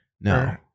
No